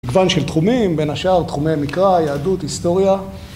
מגוון של תחומים בין השאר, תחומי מקרא, יהדות, היסטוריה